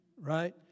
right